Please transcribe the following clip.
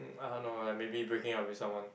I don't know like maybe breaking up with someone